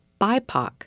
BIPOC